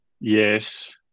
Yes